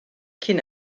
cyn